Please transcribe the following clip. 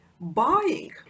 Buying